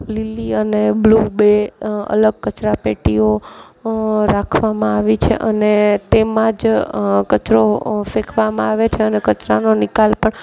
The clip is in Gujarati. લીલી અને બ્લૂ બે અલગ કચરા પેટીઓ રાખવામાં આવી છે અને તેમાં જ કચરો ફેંકવામાં આવે છે અને કચરાનો નિકાલ પણ